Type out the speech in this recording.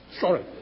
Sorry